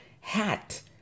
hat